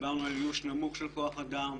דיברנו על איוש נמוך של כוח אדם,